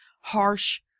harsh